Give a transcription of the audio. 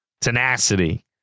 tenacity